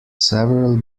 several